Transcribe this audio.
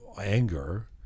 anger